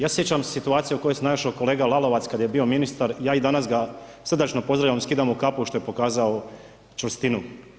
Ja se sjećam situacije u kojoj se našao kolega Lalovac kad je bio ministar, ja i danas ga srdačno pozdravljam, skidam mu kapu što je pokazao čvrstinu.